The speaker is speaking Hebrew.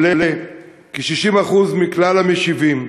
עולה כי 60% מכלל המשיבים,